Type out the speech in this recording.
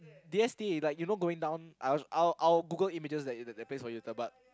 D_S_T like you know going down I was I'll I'll Google images that that place for you later but